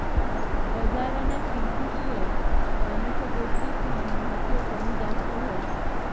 बजारन्या किंमतीस्वर गनच गोष्टीस्नं महत्व कमी जास्त व्हस